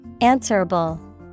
answerable